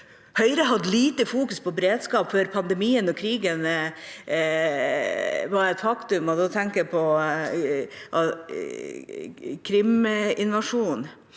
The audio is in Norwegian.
Høyre fokuserte lite på beredskap før pandemien og krigen var et faktum – da tenker jeg på Krym-invasjonen.